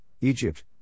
Egypt